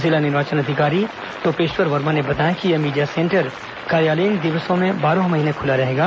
जिला निर्वाचन अधिकारी टोपेश्वर वर्मा ने बताया कि यह मीडिया सेंटर कार्यालयीन दिवसों पर बारह महीने खुला रहेगा